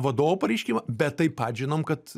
vadovo pareiškimą bet taip pat žinom kad